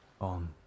on